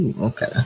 okay